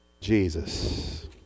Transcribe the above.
Jesus